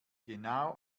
genau